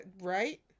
right